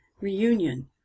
reunion